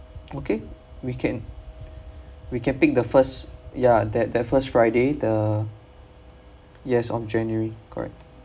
okay we can we can pick the first ya that that first friday the yes of january correct